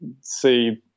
see